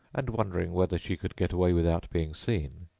and wondering whether she could get away without being seen,